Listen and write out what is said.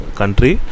country